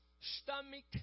Stomach